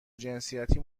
جنسیتی